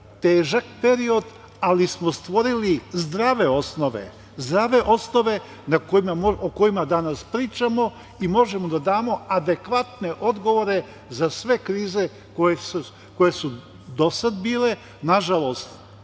težak period, ali smo stvorili zdrave osnove, zdrave osnove o kojima danas pričamo i možemo da damo adekvatne odgovore za sve krize koje su do sada bile. Nažalost,